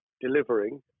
delivering